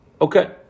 Okay